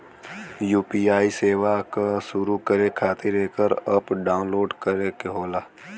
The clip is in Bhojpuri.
यू.पी.आई सेवा क शुरू करे खातिर एकर अप्प डाउनलोड करे क होला